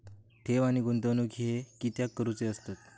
ठेव आणि गुंतवणूक हे कित्याक करुचे असतत?